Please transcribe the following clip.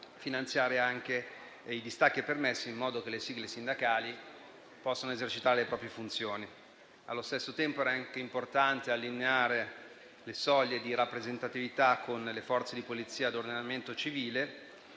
finanziare anche i distacchi e i permessi in modo che le sigle sindacali potessero esercitare le proprie funzioni. Allo stesso tempo, era anche importante allineare le soglie di rappresentatività con le Forze di polizia ad ordinamento civile.